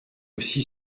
aussi